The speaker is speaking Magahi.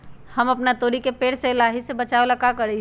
हम अपना तोरी के पेड़ के लाही से बचाव ला का करी?